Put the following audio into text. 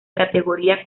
categoría